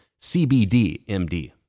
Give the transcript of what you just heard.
CBDMD